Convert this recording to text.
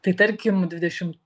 tai tarkim dvidešim